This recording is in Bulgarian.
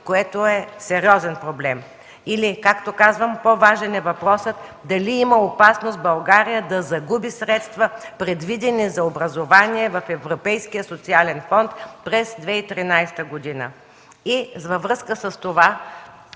което е сериозен проблем? Или, както казвам, по-важен е въпросът дали има опасност България да загуби средства, предвидени за образование в Европейския социален фонд през 2013 г. Във връзка с това